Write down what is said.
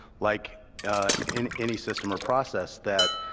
like and any system or process, that